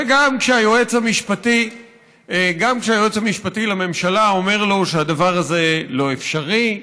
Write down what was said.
וגם כשהיועץ המשפטי לממשלה אומר לו שהדבר הזה לא אפשרי,